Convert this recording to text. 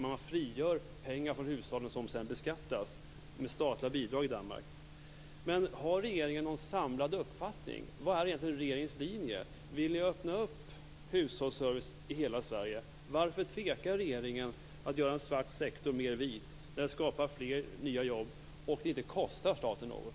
Man frigör pengar från hushållen som sedan beskattas med statliga bidrag. Har regeringen någon samlad uppfattning? Vad är egentligen regeringens linje? Vill man öppna för hushållsservice i hela Sverige? Varför tvekar regeringen med att göra en svart sektor vit då det skapar fler nya jobb och inte kostar staten något?